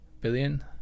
billion